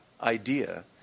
idea